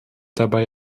dabei